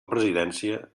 presidència